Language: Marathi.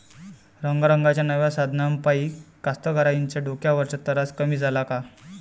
रंगारंगाच्या नव्या साधनाइपाई कास्तकाराइच्या डोक्यावरचा तरास कमी झाला का?